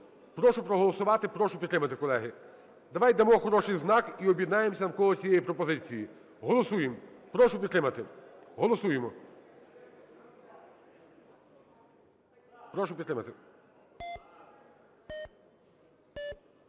Прошу проголосувати, прошу підтримати, колеги. Давайте дамо хороший знак і об'єднаємося навколо цієї пропозиції. Голосуємо. Прошу підтримати. Голосуємо. Прошу підтримати.